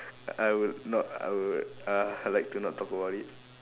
I will not I will uh like to not talk about it